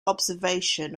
observation